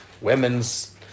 women's